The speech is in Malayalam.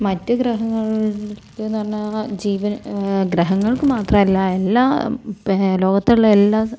മറ്റു ഗ്രഹങ്ങളിൽ അടുത്ത് എന്ന് പറഞ്ഞാൽ ജീവൻ ഗ്രഹങ്ങൾക്ക് മാത്രമല്ല എല്ലാ ലോകത്തുള്ള എല്ലാ